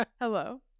Hello